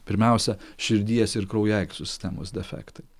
pirmiausia širdies ir kraujagyslių sistemos defektai